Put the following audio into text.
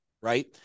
right